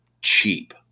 Cheap